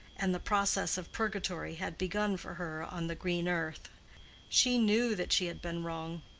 and the process of purgatory had begun for her on the green earth she knew that she had been wrong.